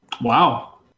Wow